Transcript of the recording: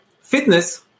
Fitness